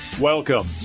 Welcome